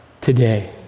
today